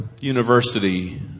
university